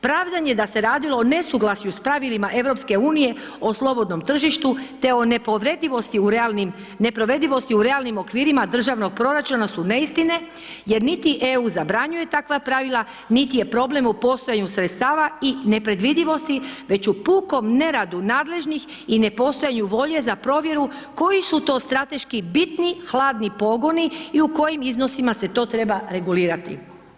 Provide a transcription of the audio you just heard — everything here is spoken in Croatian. Pravdanje da se radilo o nesuglasju s pravilima EU o slobodnom tržištu te o ne povredivosti u realnim, ne provedivosti u realnim okvirima državnog proračuna su neistine, jer niti EU zabranjuje takva pravila, niti je problem u postojanju sredstava i nepredvidivosti već u pukom neradu nadležnih i nepostojanju volje za provjeru koji su to strateški bitni hladni pogoni i u kojim iznosima se to treba regulirati.